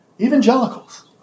Evangelicals